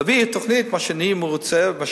להביא תוכנית שאני אהיה מרוצה ממנה,